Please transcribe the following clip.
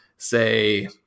say